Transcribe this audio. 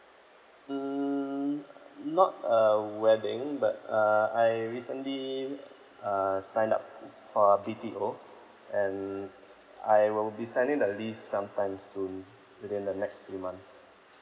hmm not a wedding but uh I recently uh signed up it's for a B_T_O and I will be sending the list some time soon within the next few months